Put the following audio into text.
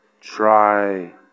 Try